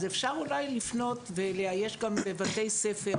אפשר אולי לפנות ולאייש גם בבתי ספר,